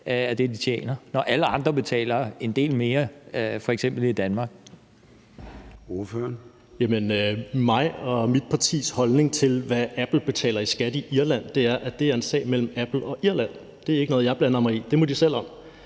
af det, de tjener, når alle andre betaler en del mere, f.eks. i Danmark? Kl. 14:04 Formanden (Søren Gade): Ordføreren. Kl. 14:04 Steffen W. Frølund (LA): Min og mit partis holdning til, hvad Apple betaler i skat i Irland, er, at det er en sag mellem Apple og Irland. Det er ikke noget, jeg blander mig i; det må de selv om.